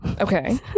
Okay